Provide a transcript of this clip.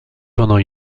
pendant